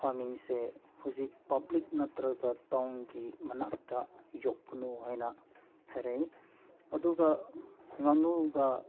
ꯐꯥꯔꯝꯃꯤꯡꯁꯦ ꯍꯧꯖꯤꯛ ꯄꯥꯕ꯭ꯂꯤꯛ ꯅꯠꯇ꯭ꯔꯒ ꯇꯥꯎꯟꯒꯤ ꯃꯅꯥꯛꯇ ꯌꯣꯛꯀꯅꯨ ꯍꯥꯏꯅ ꯍꯥꯏꯔꯛꯏ ꯑꯗꯨꯒ ꯉꯥꯅꯨꯒ